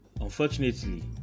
unfortunately